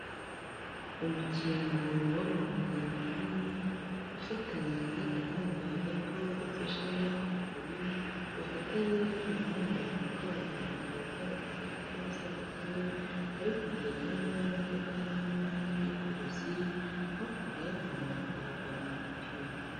Umukingo w'amabuye manini ufatanya n'agahanda gato gasashemo amabuye, gafatanye n'umuhanda wa kaburimbo ugaragara nk'uwasadutse, uri kugendamo imodoka nini y'ubwikorezi hakurya yawo hagaragariye ibiti.